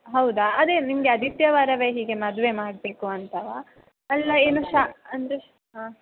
ಹೌದಾ ಅದೇನು ನಿಮಗೆ ಆದಿತ್ಯವಾರವೆ ಹೀಗೆ ಮದುವೆ ಮಾಡಬೇಕು ಅಂತವಾ ಅಲ್ಲ ಏನು ಶಾ ಅಂದರೆ ಹಾಂ